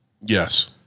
Yes